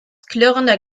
klirrender